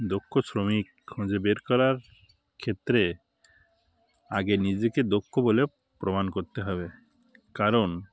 দক্ষ শ্রমিক খুঁজে বের করার ক্ষেত্রে আগে নিজেকে দক্ষ বলে প্রমাণ করতে হবে কারণ